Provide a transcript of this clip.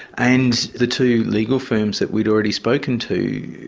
and the two legal firms that we'd already spoken to,